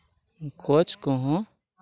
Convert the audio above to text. ᱠᱷᱳᱡᱽ ᱠᱚᱦᱚᱸ